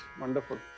wonderful